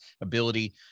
ability